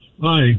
Hi